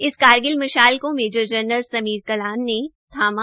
इस कारगिल मशाल को मेजर जनरल समीर कलान ने थामा